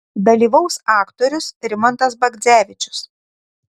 dalyvaus aktorius rimantas bagdzevičius